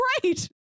great